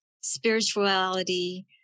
spirituality